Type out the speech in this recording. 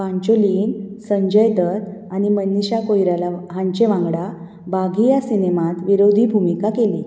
पांचोलीन संजय दत्त आनी मनीषा कोइराला हांचे वांगडा बाघी ह्या सिनेमांत विरोधी भुमिका केली